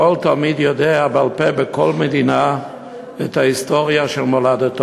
בכל מדינה כל תלמיד יודע בעל-פה את ההיסטוריה של מולדתו.